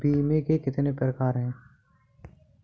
बीमे के कितने प्रकार हैं?